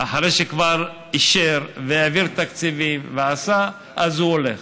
אחרי שכבר אישר והעביר תקציבים ועשה, אז הוא הולך.